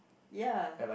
ya